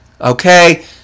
okay